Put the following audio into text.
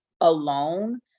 alone